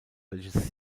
welches